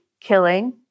killing